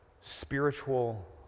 spiritual